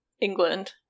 England